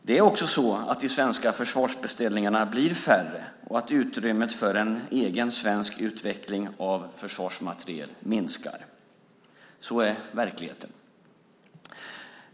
Det är också så att de svenska försvarsbeställningarna blir färre och att utrymmet för en egen svensk utveckling av försvarsmateriel minskar. Så är verkligheten.